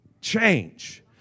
change